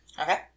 Okay